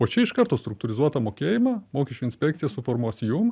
o čia iš karto struktūrizuotą mokėjimą mokesčių inspekcija suformuos jum